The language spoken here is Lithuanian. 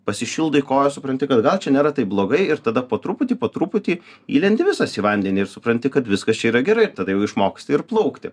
pasišildai kojas supranti kad gal čia nėra taip blogai ir tada po truputį po truputį įlendi visas į vandenį ir supranti kad viskas čia yra gerai ir tada jau išmoksti ir plaukti